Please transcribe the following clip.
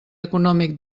econòmic